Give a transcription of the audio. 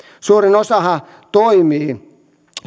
suurin osahan toimii